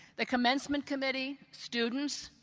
the commencement committee, students,